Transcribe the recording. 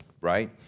right